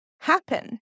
happen